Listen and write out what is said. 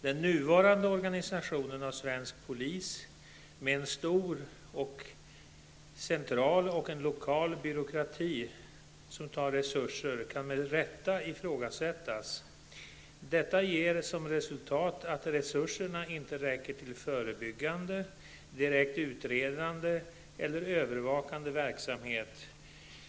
Den nuvarande organisationen av svensk polis, med en stor central och lokal byråkrati som tar resurser, kan med rätta ifrågasättas. Den resulterar i att resurserna inte räcker till förebyggande, direkt utredande eller övervakande verksamhet.